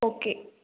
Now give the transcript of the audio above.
okay